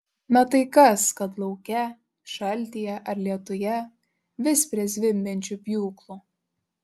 na tai kas kad lauke šaltyje ar lietuje vis prie zvimbiančių pjūklų